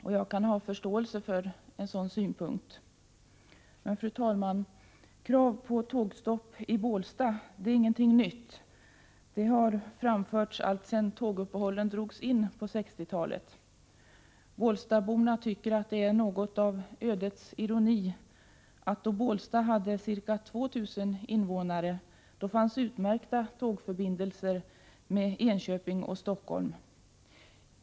Jag kan ha förståelse för en sådan synpunkt. Men, fru talman, krav på tågstopp i Bålsta är ingenting nytt, det har framförts alltsedan tåguppehållen drogs in på 1960-talet. Bålstaborna tycker att det är något av ödets ironi att det då Bålsta hade ca 2 000 invånare fanns utmärkta tågförbindelser med Enköping och Stockholm.